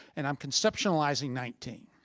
and i'm conceptualizing nineteen.